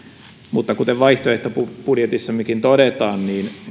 mutta kuten vaihtoehtobudjetissammekin todetaan